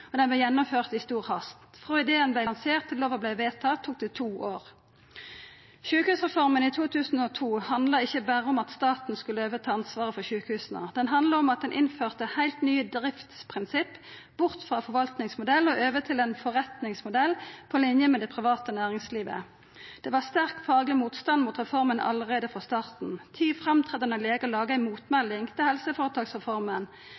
er den einaste store reforma i Noreg som er vorten vedtatt utan noka føregåande offentleg utgreiing, og ho vart gjennomført i stor hast. Frå ideen vart lansert til lova vart vedtatt tok det to år. Sjukehusreforma i 2002 handla ikkje berre om at staten skulle overta ansvaret for sjukehusa. Det handla om at ein innførte eit heilt nytt driftsprinsipp, bort frå forvaltningsmodell og over til ein forretningsmodell på linje med det private næringslivet. Det var sterk fagleg motstand mot reforma allereie frå starten. Ti